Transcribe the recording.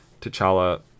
T'Challa